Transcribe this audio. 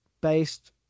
based